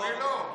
לא,